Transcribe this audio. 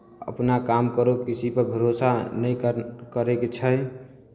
अपना काम करो किसीपर भरोसा नहि कर करयके छै